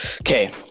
Okay